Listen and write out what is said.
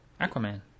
Aquaman